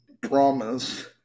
promise